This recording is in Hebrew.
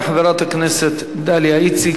תודה לחברת הכנסת דליה איציק.